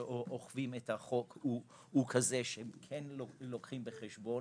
שאוכפים את החוק הוא כזה שהם לוקחים בחשבון.